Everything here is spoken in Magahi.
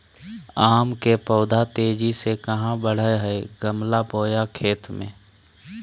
आम के पौधा तेजी से कहा बढ़य हैय गमला बोया खेत मे?